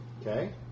Okay